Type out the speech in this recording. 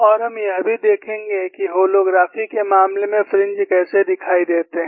और हम यह भी देखेंगे कि होलोग्राफी के मामले में फ्रिंज कैसे दिखाई देते हैं